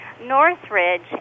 Northridge